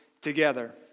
together